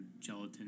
Gelatin